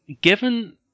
given